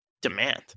Demand